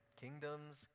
Kingdoms